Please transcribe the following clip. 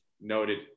Noted